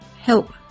help